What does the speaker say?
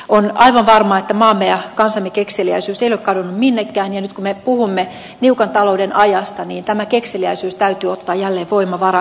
on aivan varmaa että maamme ja kansamme kekseliäisyys ei ole kadonnut minnekään ja nyt kun me puhumme niukan talouden ajasta tämä kekseliäisyys täytyy ottaa jälleen voimavaraksi